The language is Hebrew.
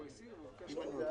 אנחנו לא מכריזים הפסקה,